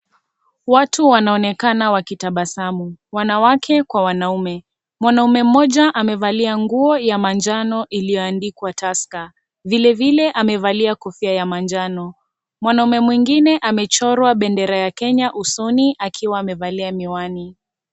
Watu wanaonekana wakitabasamu wanawake kwa wanaume. Mwanamme mmoja amevalia nguo ya manjano iliyoandikwa Tusker, vilevile amevalia kofia ya manjano. Mwanaume mwingine amechorwa bendera ya Kenya usoni akiwa amevalia miwani.